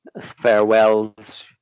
farewells